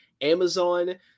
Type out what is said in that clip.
Amazon